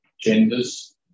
genders